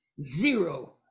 zero